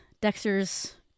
Dexter's